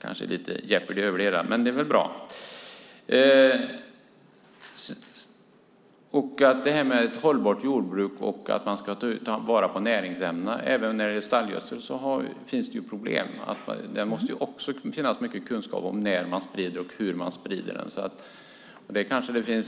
kanske hjälper det hela, och det är väl bra. Sedan var det frågan om hållbart jordbruk och att ta vara på näringsämnen. Även för stallgödsel finns problem. Där måste också finnas kunskap om när man sprider och hur man sprider den.